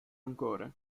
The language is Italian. ancora